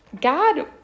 God